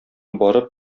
барып